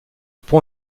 pont